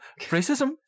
Racism